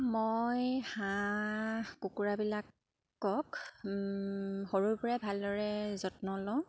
মই হাঁহ কুকুৰাবিলাকক সৰুৰ পৰাই ভালদৰে যত্ন লওঁ